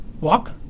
Walk